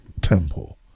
temple